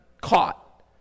caught